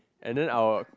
and then I'll work